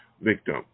victim